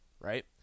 right